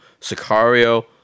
Sicario